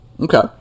Okay